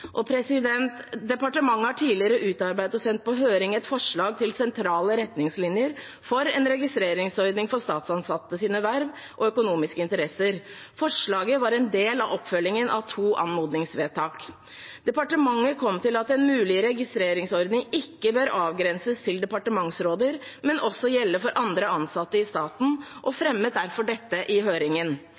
sendt på høring et forslag til sentrale retningslinjer for en registreringsordning for statsansattes verv og økonomiske interesser. Forslaget var en del av oppfølgingen av to anmodningsvedtak. Departementet kom til at en mulig registreringsordning ikke bør avgrenses til departementsråder, men også gjelde for andre ansatte i staten, og fremmet derfor dette i høringen.